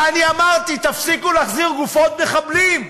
ואני אמרתי: תפסיקו להחזיר גופות מחבלים.